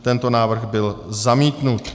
Tento návrh byl zamítnut.